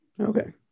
okay